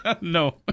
No